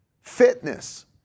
Fitness